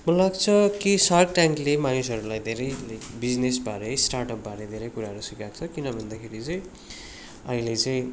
मलाई लाग्छ कि सार्क ट्यानकले मानिसहरूलाई धेरै बिजिनेसबारे स्टार्ट अपबारे धेरै कुराहरू सिकाएको छ किनभन्दाखेरि चाहिँ अहिले चाहिँ